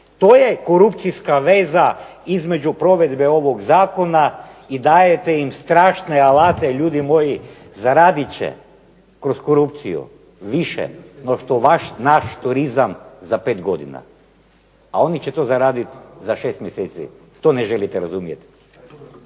to je korupcijska veza između provedbe ovog zakona i dajete im strašne alate, ljudi moji, zaradit će kroz korupciju više no što vaš naš turizam za 5 godina. A oni će to zaraditi za 6 mjeseci. To ne želite razumjeti.